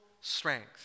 strength